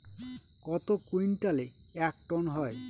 কত কুইন্টালে এক টন হয়?